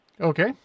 Okay